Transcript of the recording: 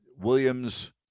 Williams